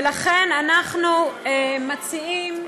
ולכן, אנחנו מציעים,